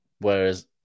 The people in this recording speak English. whereas